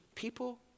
People